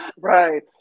Right